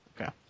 Okay